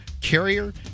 Carrier